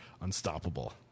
unstoppable